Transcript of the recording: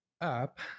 up